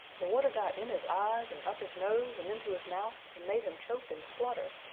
the water got in his eyes and up his nose and into his mouth and made him choke and splutter,